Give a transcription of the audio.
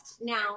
now